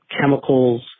chemicals